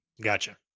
Gotcha